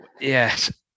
Yes